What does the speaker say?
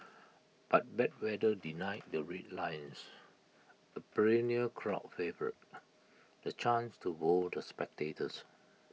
but bad weather denied the Red Lions A perennial crowd favourite the chance to wow the spectators